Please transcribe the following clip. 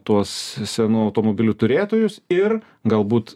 tuos senų automobilių turėtojus ir galbūt